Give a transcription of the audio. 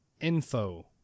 info